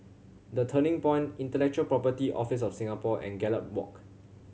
The Turning Point Intellectual Property Office of Singapore and Gallop Walk